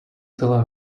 celé